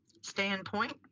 standpoint